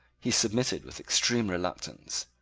he submitted with extreme reluctance.